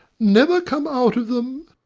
never come out of them!